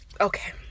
Okay